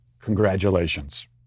Congratulations